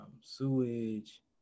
sewage